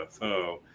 UFO